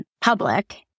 public